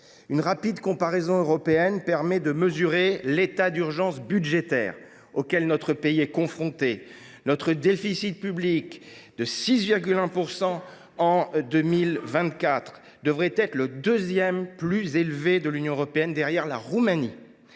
Une rapide comparaison européenne permet de mesurer l’état d’urgence budgétaire auquel notre pays est confronté. Notre déficit public – 6,1 % du PIB en 2024 – devrait être le deuxième plus élevé de l’Union européenne, derrière celui